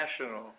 national